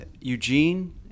Eugene